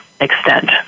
extent